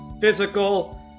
physical